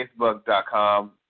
facebook.com